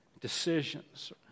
decisions